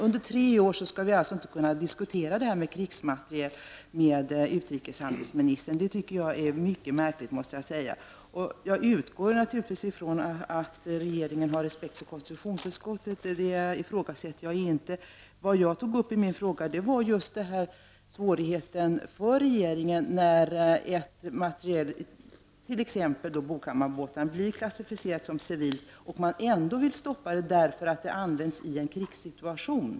Under tre år skall vi inte kunna diskutera krigsmateriel med utrikeshandelsministern. Jag måste säga att jag tycker att det är mycket märkligt. Jag utgår naturligtvis från att regeringen har respekt för konstitutionsutskottet. Det ifrågasätter jag inte. Det jag tog upp i min fråga var regeringens svårighet när materiel, t.ex. Boghammarbåten, blir klassificerad som civil och man ändå vill stoppa materielen eftersom den används i en krigssituation.